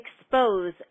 expose